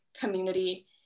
community